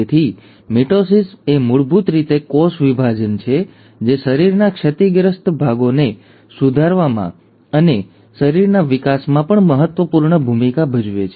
તેથી મિટોસિસ એ મૂળભૂત રીતે કોષ વિભાજન છે જે શરીરના ક્ષતિગ્રસ્ત ભાગોને સુધારવામાં અને શરીરના વિકાસમાં પણ મહત્વપૂર્ણ ભૂમિકા ભજવે છે